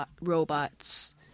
robots